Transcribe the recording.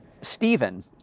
Stephen